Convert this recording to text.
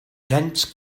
dense